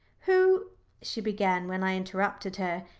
who she began, when i interrupted her.